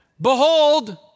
behold